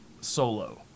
solo